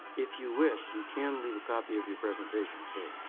if you wish, you can leave a copy of your presentation too.